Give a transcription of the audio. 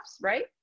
right